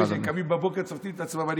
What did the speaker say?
אוי ואבוי שכשקמים בבוקר וצובטים את עצמם,